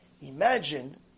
Imagine